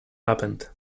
happened